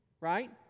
Right